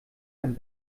ein